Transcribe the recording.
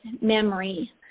memory